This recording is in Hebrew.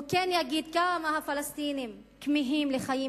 הוא כן יגיד כמה הפלסטינים כמהים לחיים